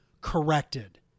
corrected